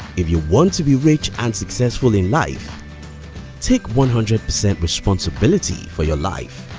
if you want to be rich and successful in life take one hundred percent responsibility for your life.